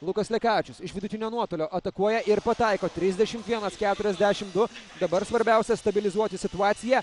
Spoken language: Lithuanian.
lukas lekavičius iš vidutinio nuotolio atakuoja ir pataiko trisdešim vienas keturiasdešim du dabar svarbiausia stabilizuoti situaciją